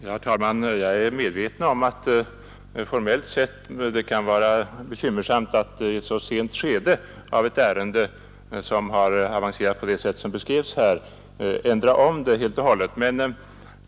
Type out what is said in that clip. Herr talman! Jag är medveten om att det formellt sett kan vara bekymmersamt att i ett så sent skede av behandlingen av ett ärende, som har avancerat på det sätt som beskrevs här, ändra om helt och hållet.